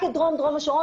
דרום השרון,